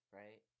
right